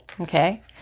Okay